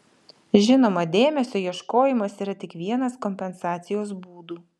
žinoma dėmesio ieškojimas yra tik vienas kompensacijos būdų